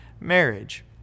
marriage